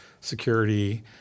security